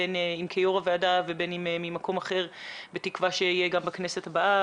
בין כיושבת ראש הוועדה ובין אם ממקום אחר בתקווה שאהיה גם בכנסת הבאה.